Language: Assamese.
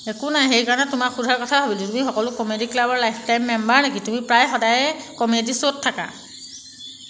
একো নাই সেইকাৰণে তোমাক সোধাৰ কথা ভাবিলো তুমি সকলো কমেডি ক্লাবৰ লাইফটাইম মেম্বাৰ নেকি তুমি প্ৰায় সদায়েই কমেডি শ্ব'ত থাকা